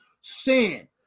sin